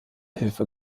hilfe